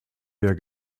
der